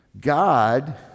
God